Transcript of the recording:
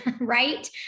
right